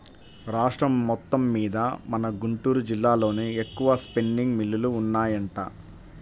రాష్ట్రం మొత్తమ్మీద మన గుంటూరు జిల్లాలోనే ఎక్కువగా స్పిన్నింగ్ మిల్లులు ఉన్నాయంట